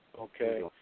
Okay